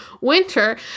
winter